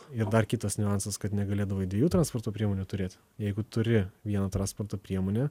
ir dar kitas niuansas kad negalėdavai dviejų transporto priemonių turėti jeigu turi vieną transporto priemonę